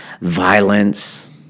violence